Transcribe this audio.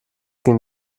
ging